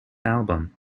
album